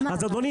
אדוני,